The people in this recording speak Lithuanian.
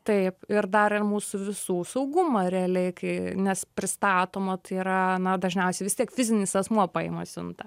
taip ir daro mūsų visų saugumą realiai kai nes pristatoma tai yra na dažniausiai vis tiek fizinis asmuo paima siuntą